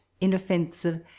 inoffensive